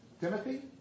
Timothy